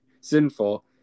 sinful